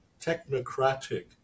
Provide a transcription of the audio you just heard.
technocratic